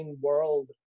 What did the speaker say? world